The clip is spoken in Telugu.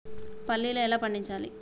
పల్లీలు ఎలా పండించాలి?